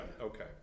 okay